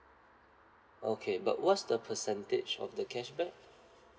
okay but what's the percentage of the cashback